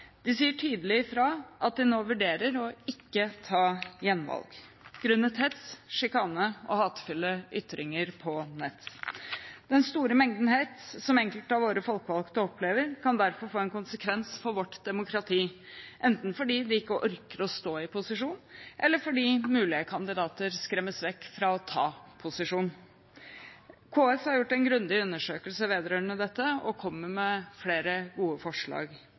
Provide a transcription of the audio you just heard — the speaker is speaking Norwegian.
De sier tydelig fra om at de nå vurderer å ikke ta gjenvalg – grunnet hets, sjikane og hatefulle ytringer på nettet. Den store mengden hets som enkelte av våre folkevalgte opplever, kan derfor få en konsekvens for vårt demokrati, enten fordi de ikke orker å stå i posisjon, eller fordi mulige kandidater skremmes vekk fra å ta posisjon. KS har gjort en grundig undersøkelse vedrørende dette og kommer med flere gode forslag